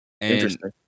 Interesting